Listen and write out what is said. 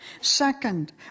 Second